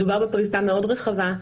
מדובר בפריסה מאוד רחבה.